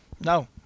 No